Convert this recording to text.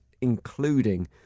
including